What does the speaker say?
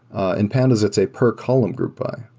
ah in pandas, it's a per column group by.